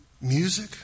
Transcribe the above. music